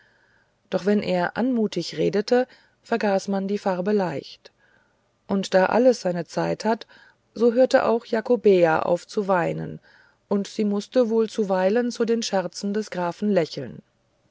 doch wenn er anmutig redete vergaß man die farbe leicht und da alles seine zeit hat so hörte auch jakobea auf zu weinen und sie mußte wohl zuweilen zu den scherzen des grafen lächeln